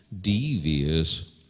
devious